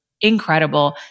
incredible